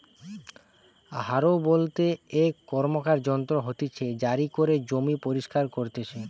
হারও বলতে এক র্কমকার যন্ত্র হতিছে জারি করে জমি পরিস্কার করতিছে